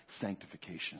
sanctification